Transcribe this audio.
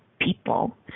people